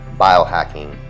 biohacking